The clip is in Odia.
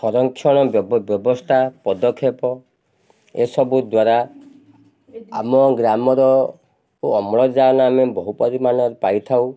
ସଂରକ୍ଷଣ ବ୍ୟବସ୍ଥା ପଦକ୍ଷେପ ଏସବୁ ଦ୍ୱାରା ଆମ ଗ୍ରାମର ଓ ଅମ୍ଳଜାନ ଆମେ ବହୁ ପରିମାଣରେ ପାଇ ଥାଉ